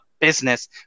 business